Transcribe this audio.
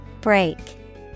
Break